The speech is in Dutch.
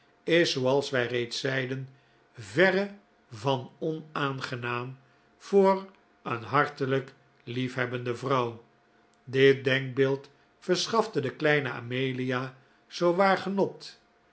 is zooals wij reeds zeiden verre van onaangenaam voor een hartelijk lief hebbende vrouw dit denkbeeld verschafte de kleine amelia zoowaar genot